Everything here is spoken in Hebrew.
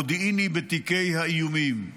המודיעיני, בתיקי האיומים.